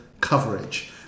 coverage